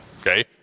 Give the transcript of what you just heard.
Okay